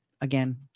again